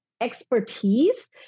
expertise